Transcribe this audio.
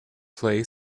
play